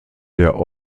der